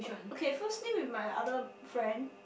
okay first meet with my other friend